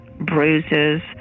bruises